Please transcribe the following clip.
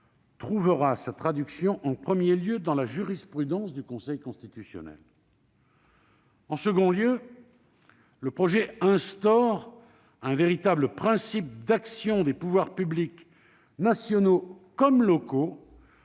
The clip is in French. trouvera sa traduction en premier lieu dans la jurisprudence du Conseil constitutionnel. En second lieu, le projet instaure un véritable principe d'action des pouvoirs publics, nationaux comme locaux,